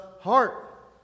heart